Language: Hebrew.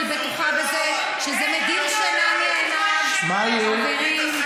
אני לא חושבת שזה שראש הממשלה יבוא ורק יעמוד שם,